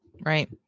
right